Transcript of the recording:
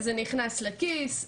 זה נכנס לכיס,